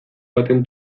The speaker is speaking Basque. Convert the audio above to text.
baten